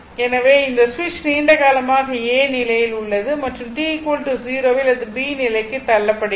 எனவே இந்த சுவிட்ச் நீண்ட காலமாக a நிலையில் உள்ளது மற்றும் t 0 இல் அது b நிலைக்கு தள்ளப்படுகிறது